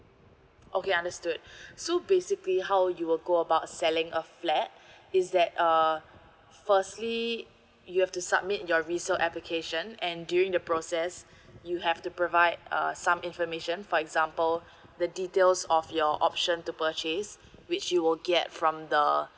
okay understood so basically how you will go about selling a flat is that uh firstly you have to submit your resale application and during the process you have to provide uh some information for example the details of your option to purchase which you will get from the